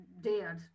dared